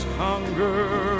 hunger